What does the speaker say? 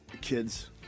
kids